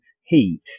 heat